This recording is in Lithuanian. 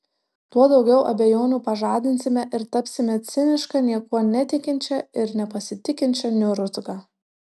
tuo daugiau abejonių pažadinsime ir tapsime ciniška niekuo netikinčia ir nepasitikinčia niurzga